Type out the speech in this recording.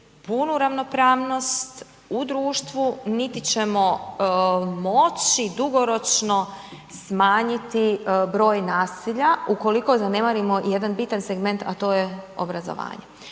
punu ravnopravnost u društvu niti ćemo moći dugoročno smanjiti broj nasilja ukoliko zanemarimo jedan bitan segment a to je obrazovanje.